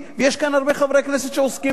ויש כאן הרבה חברי כנסת שעוסקים בזה,